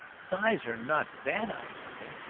his eyes are not bad eyes, are they?